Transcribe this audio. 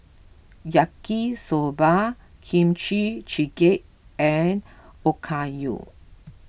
Yaki Soba Kimchi Jjigae and Okayu